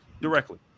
directly